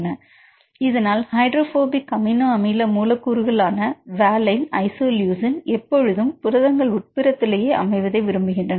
விரும்புகின்றன இதனால்ஹைட்ரோபோபிக் அமினோஅமில மூலக்கூறுகளான வேலைன் அலனைன் ஐசோலூசின் எப்பொழுதும் புரதங்கள் உட்புறத்திலேயே அமைவதை விரும்புகின்றன